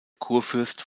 kurfürst